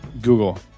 Google